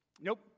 Nope